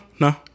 no